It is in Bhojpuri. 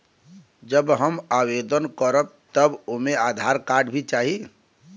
जब हम आवेदन करब त ओमे आधार कार्ड भी चाही?